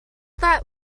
that